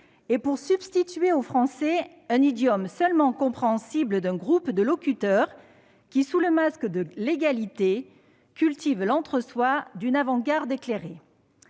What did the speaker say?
et substituer au français un idiome seulement compréhensible d'un groupe de locuteurs, qui, sous le masque de l'égalité, cultive l'entre-soi d'une avant-garde éclairée.